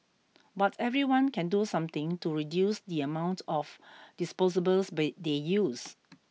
but everyone can do something to reduce the amount of disposables but they use